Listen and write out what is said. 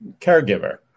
caregiver